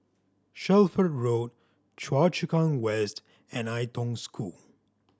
Shelford Road Choa Chu Kang West and Ai Tong School